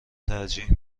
ترجیح